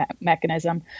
mechanism